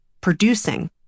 producing